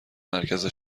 مرکز